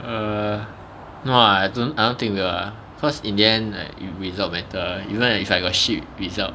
err no ah I don't I don't think will ah cause in the end like the result matter you know it's like got shit result